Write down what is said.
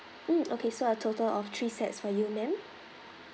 mm okay so a total of three sets for you ma'am